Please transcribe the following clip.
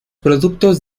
productos